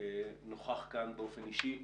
נוכח כאן באופן אישי,